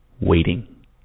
waiting